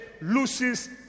loses